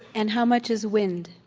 and how much is wind?